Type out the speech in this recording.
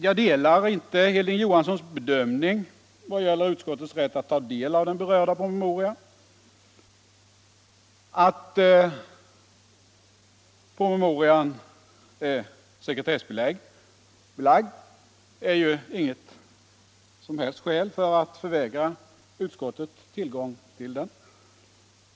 Jag delar inte Hilding Johanssons bedömning vad gäller utskottets rätt att ta del av den berörda promemorian. Det förhållandet att promemorian är sekretessbelagd är inget som helst skäl att förvägra utskottet tillgång till den.